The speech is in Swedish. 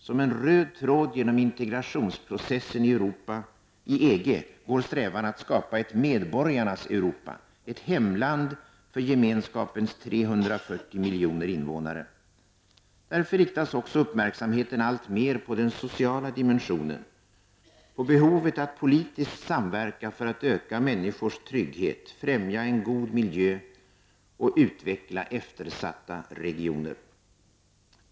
Som en röd tråd genom integrationsprocessen i EG går strävan att skapa ett ''Medborgarnas Europa'' -- ett hemland för Gemenskapens 340 miljoner invånare. Därför riktas också uppmärksamheten alltmer på den sociala dimensionen, på behovet att politiskt samverka för att öka människors trygghet, främja en god miljö och utveckla eftersatta regioner.